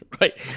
Right